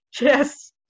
yes